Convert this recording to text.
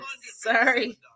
Sorry